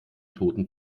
toten